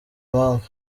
mpamvu